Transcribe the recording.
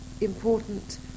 important